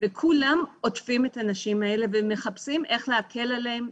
וכולם עוטפים את הנשים האלה ומחפשים איך לקצר להקל עליהן,